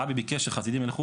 הרבי ביקש שחסידים ילכו,